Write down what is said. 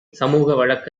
சமூக